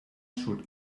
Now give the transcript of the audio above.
should